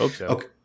Okay